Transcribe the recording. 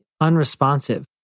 unresponsive